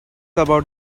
about